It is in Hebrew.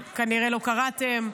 אבל כנראה לא קראתם.